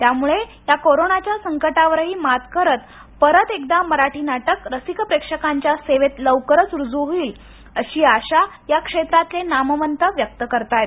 त्यामुळे याही कोरोनाच्या संकटावर मात करत परत एकदा मराठी नाटक रसिका प्रेक्षकाच्या सेवेत लवकरच रूज् होईल अशी आशा या क्षेत्रातले नामवंत व्यक्त करताहेत